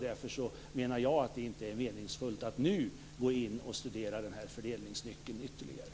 Därför menar jag att det inte är meningsfullt att nu studera den här fördelningsnyckeln ytterligare.